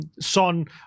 Son